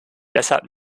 deshalb